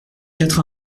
quatre